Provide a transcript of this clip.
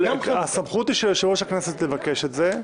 הסמכות היא של יושב-ראש הכנסת לבקש את זה.